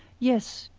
yes,